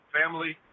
family